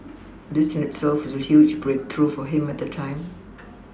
this in itself was a huge breakthrough for him at the time